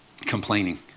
complaining